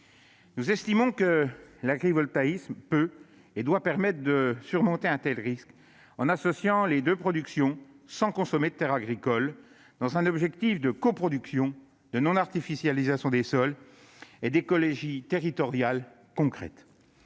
Nous estimons que l'agrivoltaïsme peut et doit permettre de surmonter un tel risque, en associant les deux productions sans consommer de terres agricoles, dans un objectif de coproduction, de non-artificialisation des sols et d'écologie territoriale concrète.